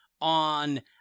on